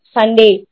Sunday